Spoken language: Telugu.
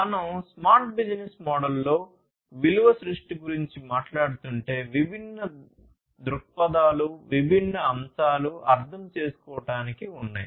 మనం స్మార్ట్ బిజినెస్ మోడల్లో విలువ సృష్టి గురించి మాట్లాడుతుంటే విభిన్న దృక్పథాలు విభిన్న అంశాలు అర్థం చేసుకోవడానికి ఉన్నాయి